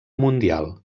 mundial